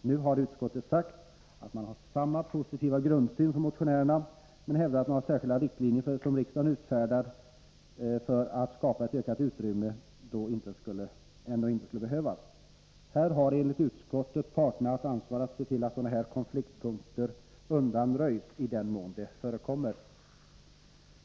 Nu har utskottet sagt att man har samma positiva grundsyn som motionärerna men hävdar att några av riksdagen särskilt utfärdade riktlinjer för att skapa ett ökat utrymme ändå inte skulle behövas. Här har enligt utskottet parterna att ta ansvaret och se till att sådana här konfliktpunkter undanröjs i den mån de förekommer.